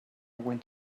went